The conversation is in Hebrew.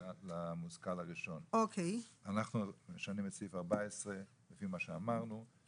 אנחנו משנים את סעיף 14 לפי מה שאמרנו,